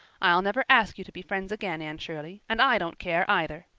i'll never ask you to be friends again, anne shirley. and i don't care either!